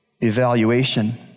evaluation